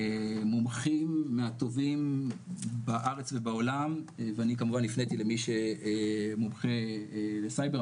מומחים מהטובים בארץ ובעולם ואני כמובן הפניתי למי שמומחה לסייבר,